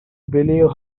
believe